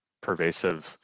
pervasive